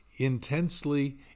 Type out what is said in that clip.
intensely